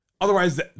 otherwise